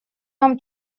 нам